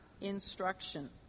instruction